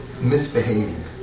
misbehaving